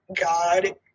God